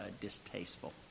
distasteful